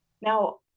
Now